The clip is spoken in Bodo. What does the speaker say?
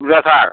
बुरजाथार